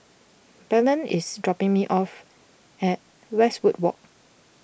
Belen is dropping me off at Westwood Walk